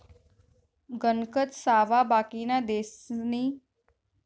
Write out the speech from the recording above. गणकच सावा बाकिना देशसनी आर्थिक परिस्थिती खराब व्हवामुळे आपले त्यासले थोडा पैसा दान देना पडतस